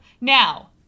Now